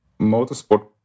motorsport